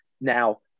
Now